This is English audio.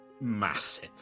massive